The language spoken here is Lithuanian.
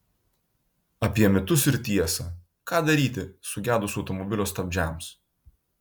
apie mitus ir tiesą ką daryti sugedus automobilio stabdžiams